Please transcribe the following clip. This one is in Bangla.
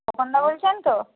খোকনদা বলছেন তো